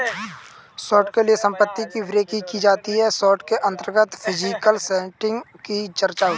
short के लिए संपत्ति की बिक्री की जाती है शॉर्ट के अंतर्गत फिजिकल सेटिंग की चर्चा होती है